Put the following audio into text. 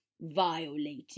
violating